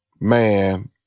man